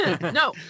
No